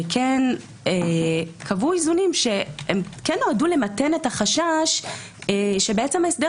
וכן קבעו איזונים שנועדו למתן את החשש שהסדר